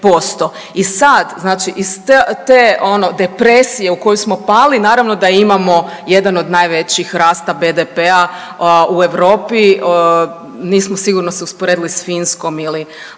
i sad znači iz te ono depresije u koju smo pali naravno da imamo jedan od najvećih rasta BDP-a u Europi, nismo sigurno se usporedili s Finskom ili